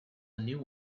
new